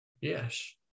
Yes